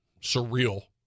surreal